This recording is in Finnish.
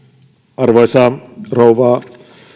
arvoisa rouva